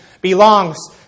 belongs